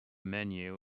menu